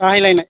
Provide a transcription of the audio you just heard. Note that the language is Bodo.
माहाय लायनो